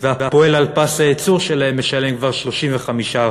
והפועל על פס הייצור שלהם משלם כבר 35%?